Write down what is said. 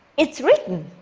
it's written!